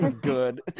Good